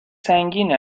سنگین